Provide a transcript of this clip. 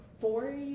Four